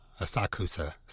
Asakusa